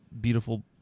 beautiful